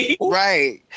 right